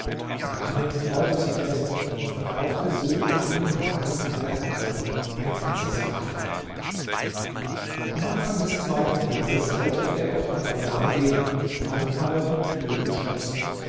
ghanem freute sich dessen und verkaufte so eine ware nach der anderen ein ganzes jahr lang am anfang des zweiten jahres wollte er auf den bazar gehen fand aber die tür geschlossen